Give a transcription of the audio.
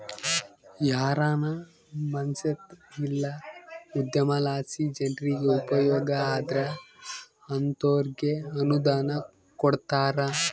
ಯಾರಾನ ಮನ್ಸೇತ ಇಲ್ಲ ಉದ್ಯಮಲಾಸಿ ಜನ್ರಿಗೆ ಉಪಯೋಗ ಆದ್ರ ಅಂತೋರ್ಗೆ ಅನುದಾನ ಕೊಡ್ತಾರ